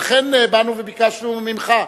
לכן באנו וביקשנו ממך.